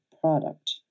product